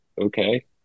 okay